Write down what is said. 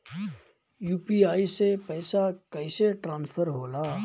UPI से पैसा कैसे ट्रांसफर होला?